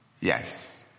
yes